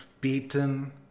beaten